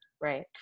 Right